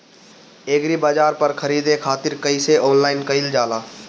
एग्रीबाजार पर खरीदे खातिर कइसे ऑनलाइन कइल जाए?